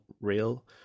real